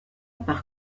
par